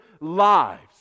lives